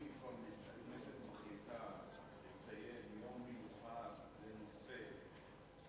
אם כבר הכנסת מחליטה על יום מיוחד לנושא,